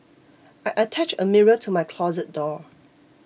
I attached a mirror to my closet door